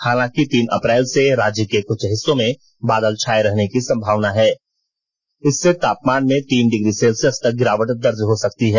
हालांकि तीन अप्रैल से राज्य के कुछ हिस्सों में बादल छाये रहने की भी संभावना है इससे तापमान में तीन डिग्री सेल्सियस तक गिरावट दर्ज हो सकती है